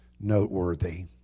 noteworthy